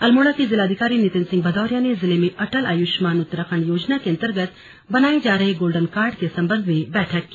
अल्मोड़ा के जिलाधिकारी नितिन सिंह भदौरिया ने जिले में अटल आयुष्मान उत्तराखण्ड योजना के अन्तर्गत बनाये जा रहे गोल्डन कार्ड के संबंध में बैठक की